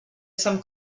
some